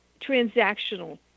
transactional